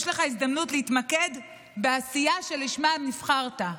יש לך הזדמנות להתמקד בעשייה שלשמה נבחרת.